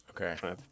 okay